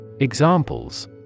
Examples